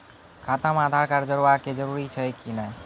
खाता म आधार कार्ड जोड़वा के जरूरी छै कि नैय?